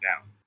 down